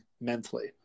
mentally